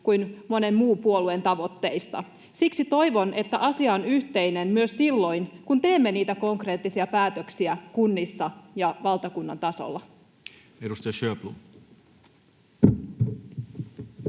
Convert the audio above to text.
kuin monen muun puolueen tavoitteissa. Siksi toivon, että asia on yhteinen myös silloin, kun teemme niitä konkreettisia päätöksiä kunnissa ja valtakunnan tasolla. [Speech